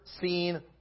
seen